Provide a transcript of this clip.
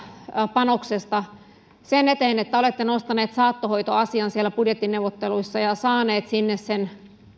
panoksesta sen eteen että olette nostanut saattohoitoasian siellä budjettineuvotteluissa ja saaneet sinne sen